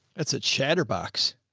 that's a chatterbox.